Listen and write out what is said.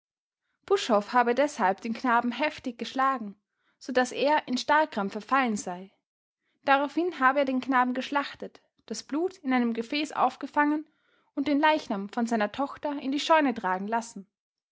buschhoff habe deshalb den knaben heftig geschlagen so daß er in starrkrampf verfallen sei daraufhin habe er den knaben geschlachtet das blut in einem gefäß aufgefangen und den leichnam von seiner tochter in die scheune tragen lassen